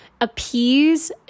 appease